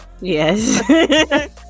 yes